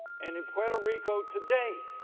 and in puerto rico today,